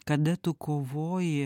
kada tu kovoji